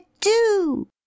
do